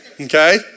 okay